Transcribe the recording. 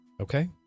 Okay